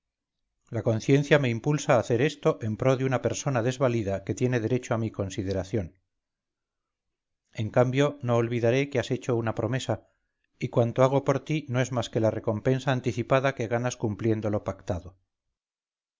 la conciencia me impulsa a hacer esto en pro de una persona desvalida que tiene derecho a mi consideración en cambio no olvidaré que has hecho una promesa y cuanto hago por ti no es más que la recompensa anticipada que ganas cumpliendo lo pactado